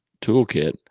toolkit